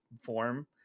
form